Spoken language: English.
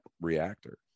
reactor